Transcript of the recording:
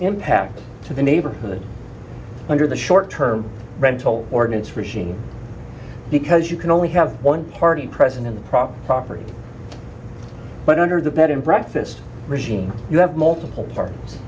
impact to the neighborhood under the short term rental ordinance regime because you can only have one party present in the prop property but under the bed and breakfast regime you have multiple part